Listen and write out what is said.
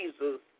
Jesus